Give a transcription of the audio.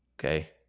Okay